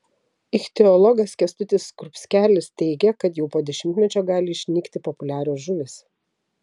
ichtiologas kęstutis skrupskelis teigė kad jau po dešimtmečio gali išnykti populiarios žuvys